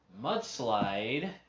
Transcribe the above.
mudslide